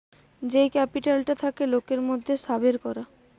যেই ক্যাপিটালটা থাকে লোকের মধ্যে সাবের করা